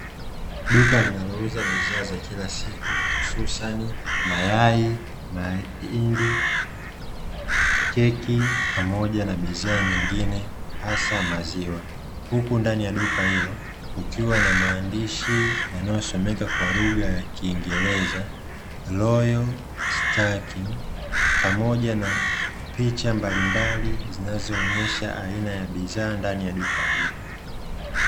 Duka linalouza bidhaa za kila siku, hususan: mayai, mahindi, keki pamoja na biashara nyingine, hasa maziwa, huku ndani ya duka hilo ukiwa na maandishi yanayosomwa kwa lugha ya Kiingereza, "Royal Stacking", pamoja na picha mbalimbali zinazoonyesha aina ya bidhaa ndani ya duka hilo.